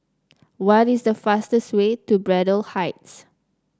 what is the fastest way to Braddell Heights